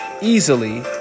easily